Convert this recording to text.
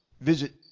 visit